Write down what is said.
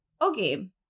okay